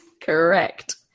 correct